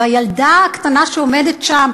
והילדה הקטנה שעומדת שם,